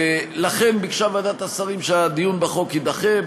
לכן ביקשה ועדת השרים שהדיון בחוק יידחה.